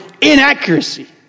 inaccuracy